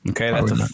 Okay